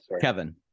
Kevin